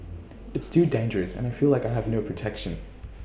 it's too dangerous and I feel like I have no protection